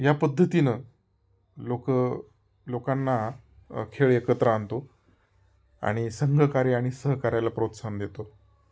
या पद्धतीनं लोक लोकांना खेळ एकत्र आणतो आणि संघकार्य आणि सहकार्याला प्रोत्साहन देतो